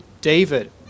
David